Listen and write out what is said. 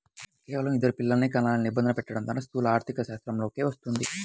కేవలం ఇద్దరు పిల్లలనే కనాలనే నిబంధన పెట్టడం కూడా స్థూల ఆర్థికశాస్త్రంలోకే వస్తది